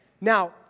Now